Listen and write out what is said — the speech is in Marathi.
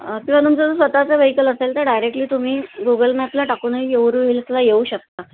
किंवा मग जर स्वतचं व्हेकल असेल तर डायरेक्टली तुम्ही गुगल मॅपला टाकून येउरू हिल्सला येऊ शकता